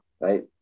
right